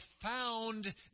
profound